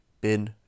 bin